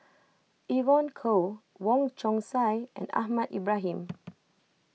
Evon Kow Wong Chong Sai and Ahmad Ibrahim